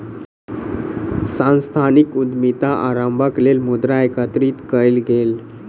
सांस्थानिक उद्यमिता आरम्भक लेल मुद्रा एकत्रित कएल गेल